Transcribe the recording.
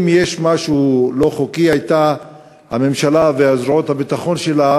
אם יש משהו לא חוקי היו הממשלה וזרועות הביטחון שלה,